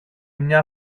μια